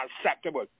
unacceptable